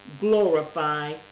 glorify